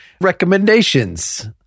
recommendations